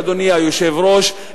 אדוני היושב-ראש,